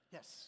Yes